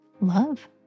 love